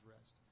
rest